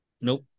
Nope